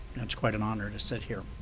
it's quite an honor to sit here.